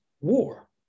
war